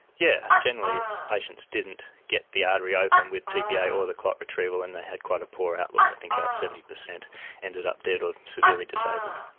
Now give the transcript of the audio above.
yeah generally if patients didn't get the artery open with tpa or the clot retrieval then and they had quite a poor outlook. i think about seventy percent ended up dead or severely disabled.